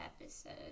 episode